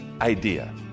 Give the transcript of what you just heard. idea